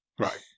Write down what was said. Right